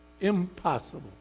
Impossible